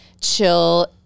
chill